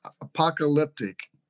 apocalyptic